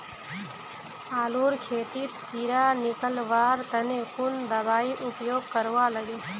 आलूर खेतीत कीड़ा निकलवार तने कुन दबाई उपयोग करवा लगे?